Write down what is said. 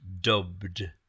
dubbed